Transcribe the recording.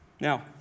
Now